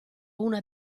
una